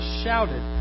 shouted